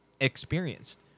experienced